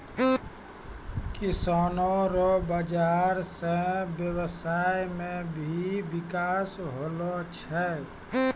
किसानो रो बाजार से व्यबसाय मे भी बिकास होलो छै